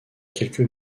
quelques